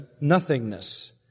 nothingness